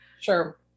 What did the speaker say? Sure